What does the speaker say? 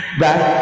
back